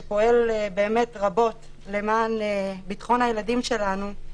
שפועל באמת רבות למען ביטחון הילדים שלנו,